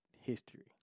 history